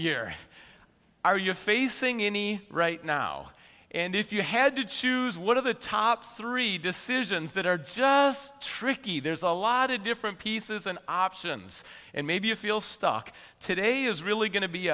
year are you facing any right now and if you had to choose one of the top three decisions that are just tricky there's a lot of different pieces and options and maybe you feel stuck today is really going to be